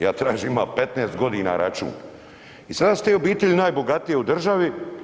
Ja tražim ima 15.g. račun i sada su te obitelji najbogatije u državi.